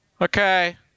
Okay